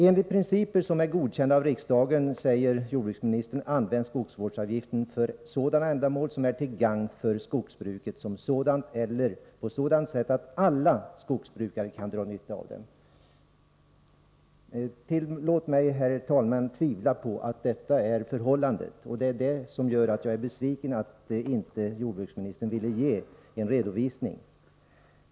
Jordbruksministern säger följande: ” Enligt principer som är godkända av riksdagen används skogsvårdsavgiften för sådana ändamål som är till gagn för skogsbruket som sådant eller på sådant sätt att alla skogsbrukare kan dra nytta av dem.” Herr talman! Jag tillåter mig tvivla på att det är på det sättet. Därför är jag besviken över att jordbruksministern inte ville ge en redovisning.